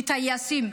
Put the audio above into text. כטייסים,